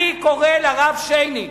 אני קורא לרב שיינין